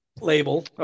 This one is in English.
label